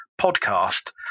podcast